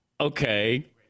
okay